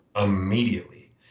immediately